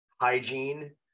hygiene